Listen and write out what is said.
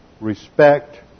respect